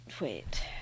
Wait